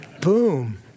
boom